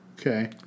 Okay